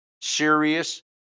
serious